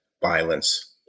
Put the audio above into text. violence